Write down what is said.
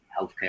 healthcare